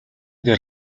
дээр